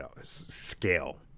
scale